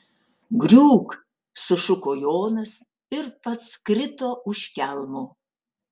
griūk sušuko jonas ir pats krito už kelmo